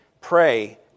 pray